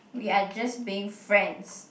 we are just being friends